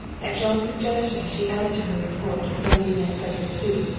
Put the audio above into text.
at jean's suggestion she added to her report of so many men fed with soup,